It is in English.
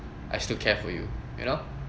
I still care for you you know